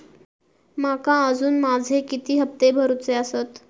माका अजून माझे किती हप्ते भरूचे आसत?